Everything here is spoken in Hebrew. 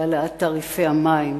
להעלאת תעריפי המים.